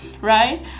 right